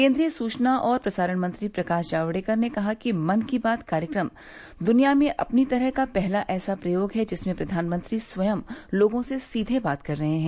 केंद्रीय सचना और प्रसारण मंत्री प्रकाश जावडेकर ने कहा है कि मन की बात कार्यक्रम दुनिया में अपनी तरह का पहला ऐसा प्रयोग है जिसमें प्रधानमंत्री स्वयं लोगों से सीधे बात कर रहे हैं